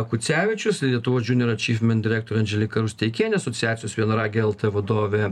kucevičius lietuvos junior achievement direktorė andželika rusteikienė asociacijos vienaragiai lt vadovė